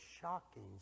shocking